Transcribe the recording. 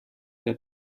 der